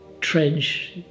trench